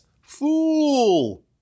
fool